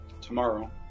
tomorrow